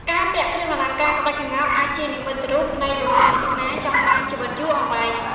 ការពាក់គ្រឿងអលង្ការក្បាច់ក្ងោកអាចជានិមិត្តរូបនៃបំណងប្រាថ្នាចង់បានជីវិតយូរអង្វែង។